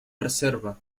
reserva